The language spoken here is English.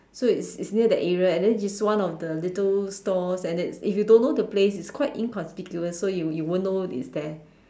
so it's it's near that area and then it's one of the little stores and it's if you don't know the place it's quite inconspicuous so you you won't know it's there